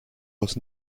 was